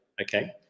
Okay